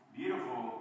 beautiful